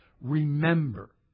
Remember